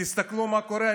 תסתכלו מה קורה.